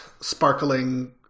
sparkling